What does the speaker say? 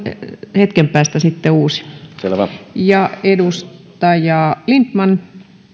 hetken päästä uusi puheenvuoro edustaja lindtman